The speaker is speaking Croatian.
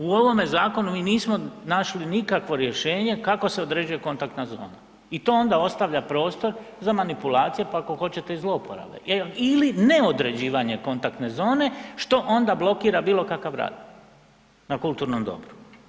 U ovome zakonu mi nismo našli nikakvo rješenje kako se određuje kontaktna zona i to onda ostavlja prostor za manipulacije pa ako hoćete i zlouporabe ili ne određivanje kontaktne zone što onda blokira bilo kakav rad na kulturnom dobru.